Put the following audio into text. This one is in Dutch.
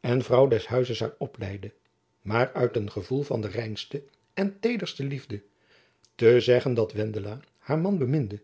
en vrouw des huizes haar opleide maar uit een gevoel van de reinste en teederste liefde te zeggen dat wendela haar man beminde